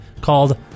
called